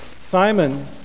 Simon